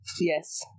Yes